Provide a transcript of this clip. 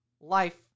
life